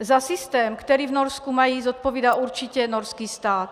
Za systém, který v Norsku mají, zodpovídá určitě norský stát.